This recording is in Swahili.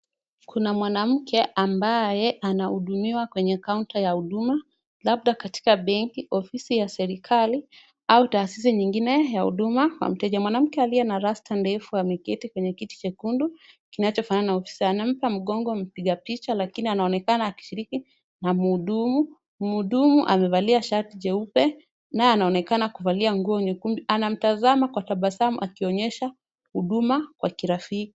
Kuna mwanamke ambaye anahudumiwa kwenye kaunta ya huduma, labda katika benki, ofisi ya serikali au taasisi nyingine ya huduma. Mteja mwanamke aliye na rasta ndefu ameketi kwenye kiti chekundu kinachofanana ofisa, anampa mgongo mpiga picha lakini anaonekana akishiriki na mhudumu. Mhudumu amevalia shati jeupe, naye anaonekana kuvalia nguo nyekundu, anamtazama kwa tabasamu akionyesha huduma ya kirafiki.